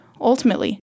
Ultimately